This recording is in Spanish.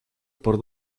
por